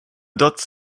dots